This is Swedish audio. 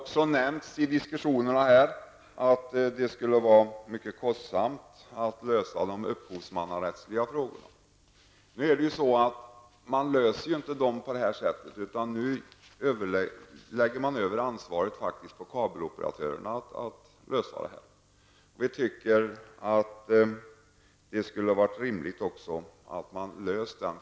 I diskussionerna har nämnts att det skulle vara mycket kostsamt att lösa de upphovsmannarättsliga frågorna. Men de löses inte på detta sätt. Nu lägger man över ansvaret på kabeloperatörerna. Vi tycker att det hade varit rimligt att frågan hade blivit löst.